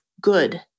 good